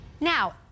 Now